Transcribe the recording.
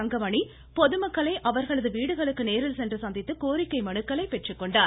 தங்கமணி பொதுமக்களை அவர்களது வீடுகளுக்கு நேரில் சென்று சந்தித்து கோரிக்கை மனுக்களை பெற்றுக்கொண்டார்